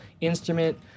instrument